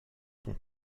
son